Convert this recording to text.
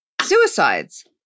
suicides